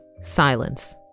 Silence